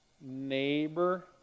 neighbor